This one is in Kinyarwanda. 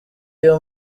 iyo